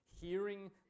hearing